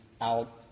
out